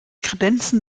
kredenzen